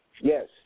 Yes